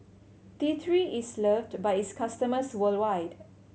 T Three is loved by its customers worldwide